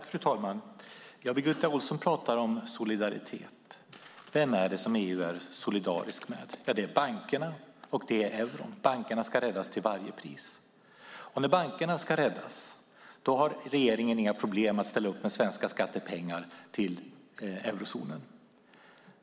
Fru talman! Birgitta Ohlsson pratar om solidaritet. Vem är det EU är solidarisk med? Det är bankerna och euron. Bankerna ska räddas till varje pris. När bankerna ska räddas har regeringen inga problem att ställa upp med svenska skattepengar till eurozonen.